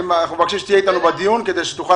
אנחנו מבקשים שתהיה אתנו בדיון כדי שתוכל